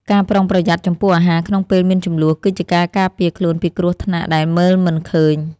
ការប្រុងប្រយ័ត្នចំពោះអាហារក្នុងពេលមានជម្លោះគឺជាការការពារខ្លួនពីគ្រោះថ្នាក់ដែលមើលមិនឃើញ។